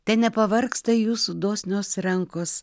te nepavargsta jūsų dosnios rankos